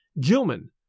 Gilman